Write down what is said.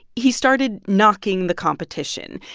he started knocking the competition.